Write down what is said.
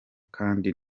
kdi